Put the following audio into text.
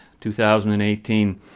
2018